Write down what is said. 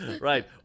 right